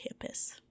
campus